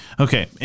Okay